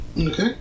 okay